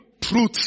Truth